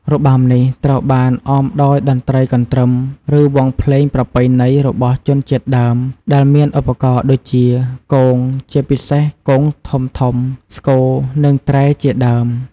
របាំនេះត្រូវបានអមដោយតន្ត្រីកន្ទ្រឹម ឬវង់ភ្លេងប្រពៃណីរបស់ជនជាតិដើម ដែលមានឧបករណ៍ដូចជា គង ជាពិសេសគងធំៗ ស្គរ និងត្រែជាដើម។